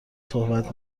صحبت